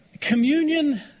Communion